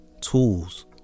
tools